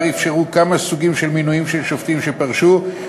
אפשרו כמה סוגים של מינויים של שופטים שפורשו,